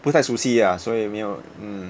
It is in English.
不太熟悉 ah 所以没有 mm